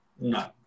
no